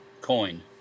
coin